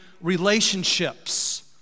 relationships